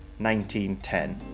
1910